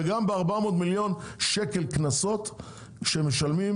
וגם ב-400 מיליון שקלים קנסות שמשלמים